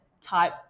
type